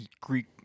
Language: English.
Greek